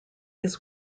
his